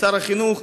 משר החינוך,